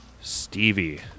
Stevie